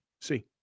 See